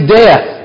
death